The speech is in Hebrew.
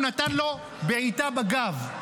הוא נתן לו בעיטה בגב,